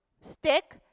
stick